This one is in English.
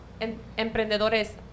Emprendedores